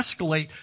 escalate